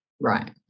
right